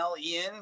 Ian